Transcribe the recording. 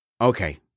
Okay